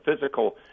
physical